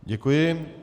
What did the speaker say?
Děkuji.